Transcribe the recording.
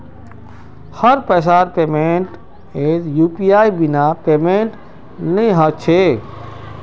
हर पैसार पेमेंटक ऐपत यूपीआईर बिना पेमेंटेर नइ ह छेक